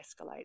escalate